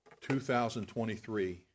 2023